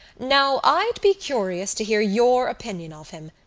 now i'd be curious to hear your opinion of him.